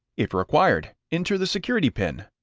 if required, enter the security pin,